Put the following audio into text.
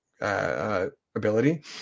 ability